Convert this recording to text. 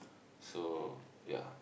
so ya